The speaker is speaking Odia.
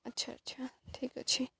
ଆଚ୍ଛା ଆଚ୍ଛା ଠିକ୍ ଅଛି